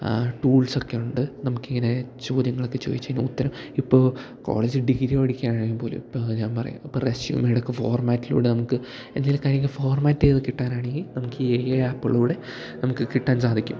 ടൂൾസൊക്കെ ഉണ്ട് നമുക്ക് ഇങ്ങനെ ചോദ്യങ്ങളൊക്കെ ചോദിച്ചു കഴിഞ്ഞാൽ ഉത്തരം ഇപ്പോൾ കോളേജ് ഡിഗ്രി പഠിക്കുകയാണെങ്കിൽ പോലും ഇപ്പം ഞാൻ പറയാം ഇപ്പം റെസ്യൂമിൻ്റെ ഒക്കെ ഫോർമാറ്റിലൂടെ നമുക്ക് എന്തെങ്കിലുമൊക്കെ കാര്യങ്ങൾ ഫോർമാറ്റ് ചെയ്തു കിട്ടാനാണെങ്കിൽ നമുക്ക് എ ഐ ആപ്പുകളുടെ നമുക്ക് കിട്ടാൻ സാധിക്കും